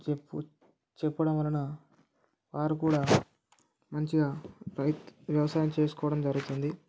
చెప్పు చెప్పడం వలన వారు కూడా మంచిగా వ్యవసాయం చేసుకోవడం జరిగుతుంది